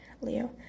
Leo